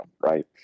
Right